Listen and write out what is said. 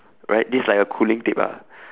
right this is like a cooling tape ah